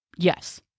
Yes